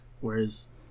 whereas